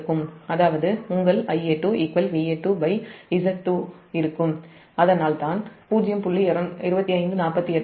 அதாவது உங்கள் Ia2 Va2Z2 இருக்கும் அதனால் தான் 0